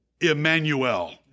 Emmanuel